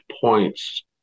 points